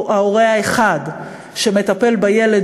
או ההורה האחד שמטפל בילד,